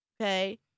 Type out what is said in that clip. okay